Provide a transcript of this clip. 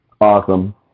Awesome